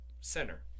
center